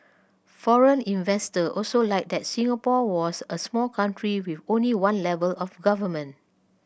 foreign investor also liked that Singapore was a small country with only one level of government